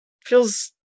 feels